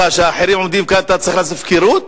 וכשאחרים עומדים כאן אתה צריך לעשות הפקרות?